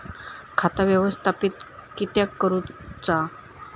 खाता व्यवस्थापित किद्यक करुचा?